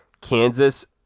Kansas